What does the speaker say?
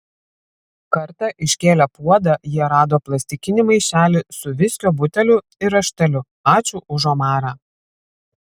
kartą iškėlę puodą jie rado plastikinį maišelį su viskio buteliu ir rašteliu ačiū už omarą